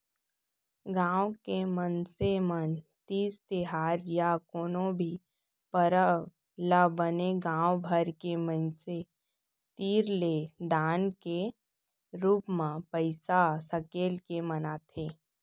गाँव के मनसे मन तीज तिहार या कोनो भी परब ल बने गाँव भर के मनसे तीर ले दान के रूप म पइसा सकेल के मनाथे